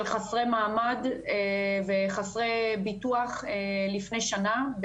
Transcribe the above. של חסרי מעמד וחסרי ביטוח לפני שנה,